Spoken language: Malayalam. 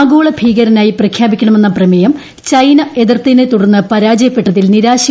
ആഗോള ഭീകരനായി പ്രഖ്യാപിക്കണമെന്ന പ്രമേയം ചൈന എതിർത്തിനെ തുടർന്ന് പരാജയപ്പെട്ടതിൽ നിരാശയുണ്ടെന്ന് ഇന്ത്യ